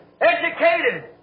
educated